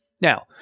Now